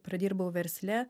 pradirbau versle